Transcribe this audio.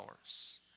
hours